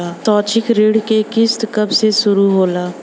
शैक्षिक ऋण क किस्त कब से शुरू होला?